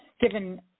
given